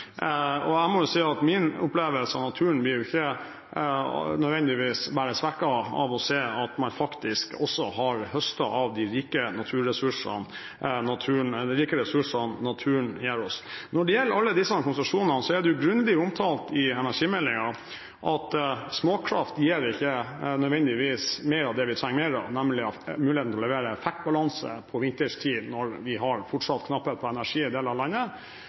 å se at man faktisk også har høstet av de rike ressursene naturen gir oss. Når det gjelder alle disse konsesjonene, er det grundig omtalt i energimeldingen at småkraft gir ikke nødvendigvis mer av det vi trenger mer av, nemlig muligheten til å levere effektbalanse på vinterstid når vi fortsatt har knapphet på energi i deler av landet,